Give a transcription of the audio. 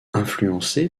influencé